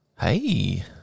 Hey